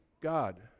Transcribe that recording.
God